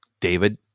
David